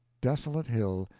desolate hill,